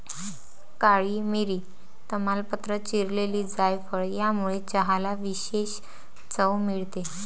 काळी मिरी, तमालपत्र, चिरलेली जायफळ यामुळे चहाला विशेष चव मिळते